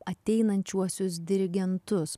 ateinančiuosius dirigentus